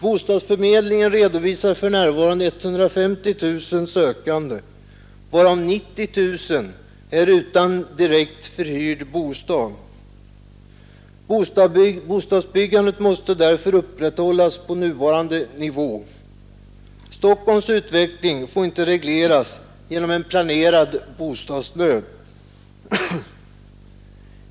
Bostadsförmedlingen redovisar för närvarande 150 000 sökande, varav 90 000 är utan direkt förhyrd bostad. Bostadsbyggandet måste därför upprätthållas på nuvarande nivå. Stockholms utveckling får inte regleras genom en planerad bostadsnöd.